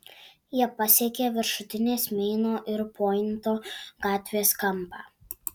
jie pasiekė viršutinės meino ir pointo gatvės kampą